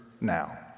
now